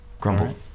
Grumble